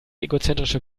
egozentrische